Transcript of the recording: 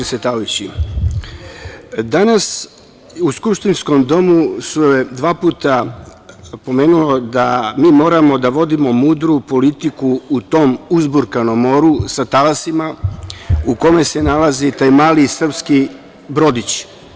Danas u skupštinskom domu se dva puta pomenulo da moramo da vodimo mudru politiku u tom uzburkanom moru sa talasima, u kome se nalazi taj mali srpski brodić.